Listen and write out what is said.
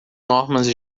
normas